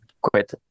quit